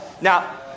Now